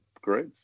great